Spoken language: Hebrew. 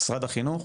משרד החינוך,